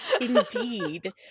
Indeed